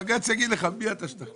בג"צ יגיד לך מי אתה שתחליט.